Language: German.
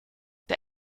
der